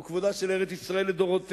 הוא כבודה של ארץ-ישראל לדורותיה,